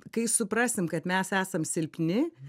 kai suprasim kad mes esam silpni